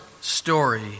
story